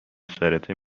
سرته